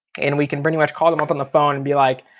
and we can pretty much call them up on the phone and be like,